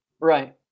Right